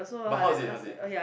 but how is it how is it